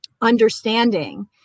understanding